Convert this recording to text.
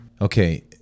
Okay